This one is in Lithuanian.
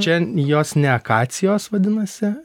čia jos ne akacijos vadinasi